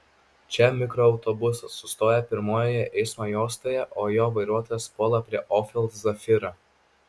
čia mikroautobusas sustoja pirmojoje eismo juostoje o jo vairuotojas puola prie opel zafira